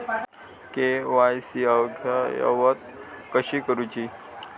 KYC अद्ययावत कशी करुची?